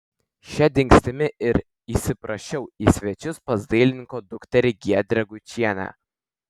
šia dingstimi ir įsiprašiau į svečius pas dailininko dukterį giedrę gučienę